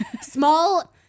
small